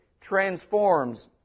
transforms